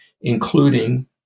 including